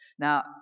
Now